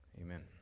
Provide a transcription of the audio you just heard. Amen